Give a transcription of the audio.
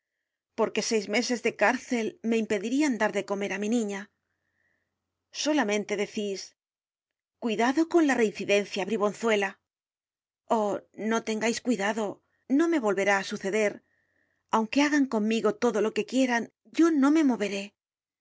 porque seis meses de cárcel me impedirían dar de comer á mi niña solamente decís cuidado con la reincidencia bribonzuela oh no tengais cuidado no me volverá á suceder aunque hagan conmigo todo lo que quieran yo no me moveré hoy